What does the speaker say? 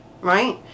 right